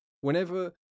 whenever